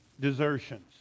desertions